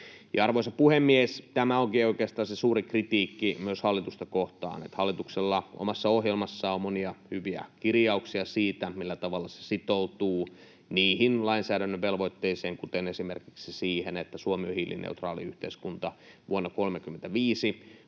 Arvoisa puhemies! Tämä onkin oikeastaan se suuri kritiikki myös hallitusta kohtaan, että hallituksella omassa ohjelmassaan on monia hyviä kirjauksia siitä, millä tavalla se sitoutuu niihin lainsäädännön velvoitteisiin — kuten esimerkiksi siihen, että Suomi on hiilineutraali yhteiskunta vuonna 35